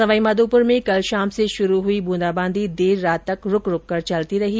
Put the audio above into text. सवाईमाधोपुर में कल शाम से शुरू हई बुंदाबांदी देर रात तक रूक रूक कर चलती रही